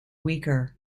weaker